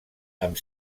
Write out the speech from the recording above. amb